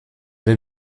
den